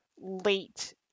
late